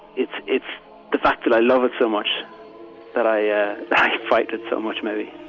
it's it's the fact that i love it so much that i yeah i fight it so much, maybe